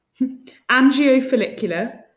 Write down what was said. Angiofollicular